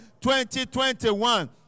2021